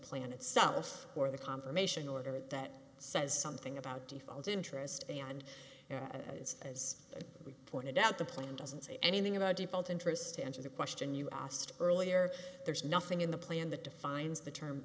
plan itself or the confirmation order that says something about default interest and as we pointed out the plan doesn't say anything about people to interest to answer the question you asked earlier there's nothing in the plan that defines the term